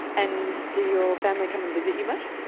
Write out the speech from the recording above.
and do your family come and visit you much?